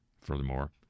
Furthermore